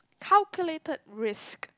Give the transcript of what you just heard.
calculated risk